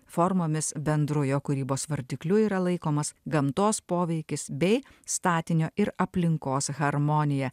formomis bendru jo kūrybos vardikliu yra laikomas gamtos poveikis bei statinio ir aplinkos harmonija